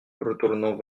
retournant